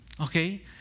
Okay